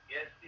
Yes